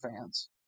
fans